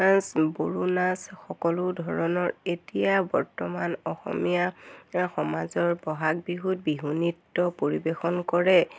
নাচ বড়ো নাচ সকলো ধৰণৰ এতিয়া বৰ্তমান অসমীয়া সমাজৰ বহাগ বিহুত বিহু নৃত্য পৰিৱেশন কৰে